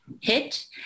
hit